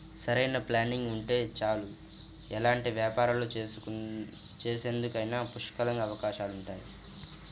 సరైన ప్లానింగ్ ఉంటే చాలు ఎలాంటి వ్యాపారాలు చేసేందుకైనా పుష్కలంగా అవకాశాలుంటాయి